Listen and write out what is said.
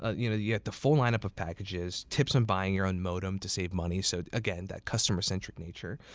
ah you know you have yeah the full lineup of packages, tips on buying your own modem to save money, so, again, that customer-centric nature,